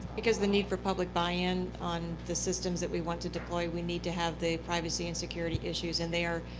because the need for public buy-in on the systems that we want to deploy, we need to have the privacy and security issues in there.